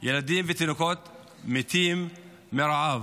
ילדים ותינוקות מתים מרעב.